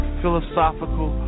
philosophical